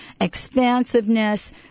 expansiveness